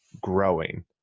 growing